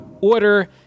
Order